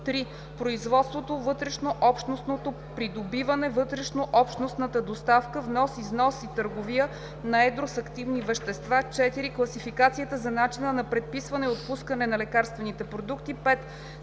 3. производството, вътрешнообщностното придобиване, вътрешнообщностната доставка, внос, износ и търговия на едро с активни вещества; 4. класификацията за начина на предписване и отпускане на лекарствените продукти; 5.